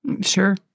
Sure